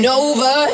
over